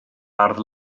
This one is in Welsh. ardd